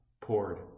poured